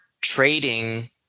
trading